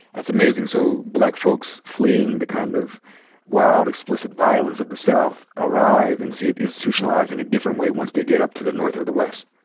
that's amazing. so black folks fleeing the kind of wild, explicit violence of the south arrive and see it institutionalized in a different way once they get up to the north or the west.